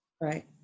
right